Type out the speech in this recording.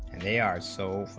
and they are sold